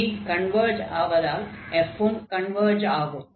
g converge ஆவதால் f உம் converge ஆகும்